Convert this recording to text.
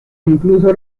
incluso